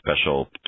special